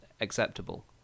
acceptable